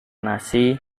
nasi